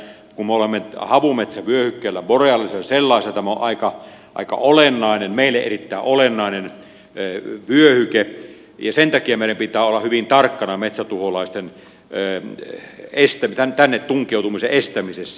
kun me olemme havumetsävyöhykkeellä boreaalisella sellaisella tä mä on aika olennainen meille erittäin olennainen vyöhyke ja sen takia meidän pitää olla hyvin tarkkana metsätuholaisten tänne tunkeutumisen estämisessä